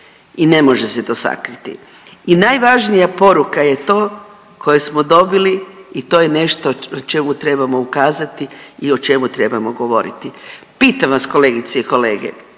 i ne može se to sakriti. I najvažnija poruka je to koje smo dobili i to je nešto čemu trebamo ukazati i o čemu trebamo govoriti. Pitam vas kolegice i kolege,